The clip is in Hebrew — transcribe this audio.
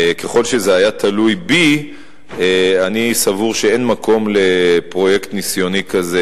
ככל שזה היה תלוי בי אני סבור שאין מקום לפרויקט ניסיוני כזה,